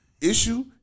issue